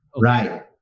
Right